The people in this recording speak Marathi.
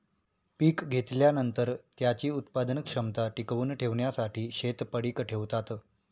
पीक घेतल्यानंतर, त्याची उत्पादन क्षमता टिकवून ठेवण्यासाठी शेत पडीक ठेवतात